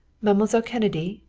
mademoiselle kennedy?